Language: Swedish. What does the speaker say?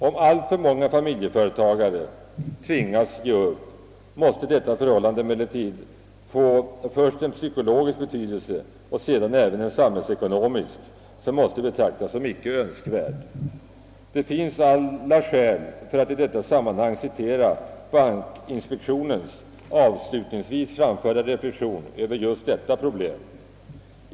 Om alltför många familjeföretagare tvingas ge upp måste detta förhållande emellertid först få en psykologisk betydelse och sedan även en samhällsekonomisk, som måste betraktas som icke önskvärd. Det finns alla skäl för att i detta sammanhang citera bankinspektionens avslutningsvis framförda reflexioner över just dessa problem.